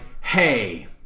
hey